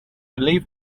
leave